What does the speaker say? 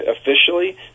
officially